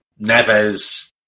Neves